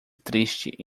triste